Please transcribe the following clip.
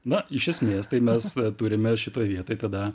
na iš esmės tai mes turime šitoj vietoj tada